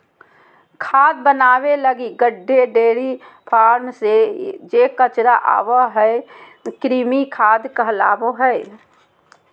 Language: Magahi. खाद बनाबे लगी गड्डे, डेयरी फार्म से जे कचरा आबो हइ, कृमि खाद कहलाबो हइ